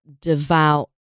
devout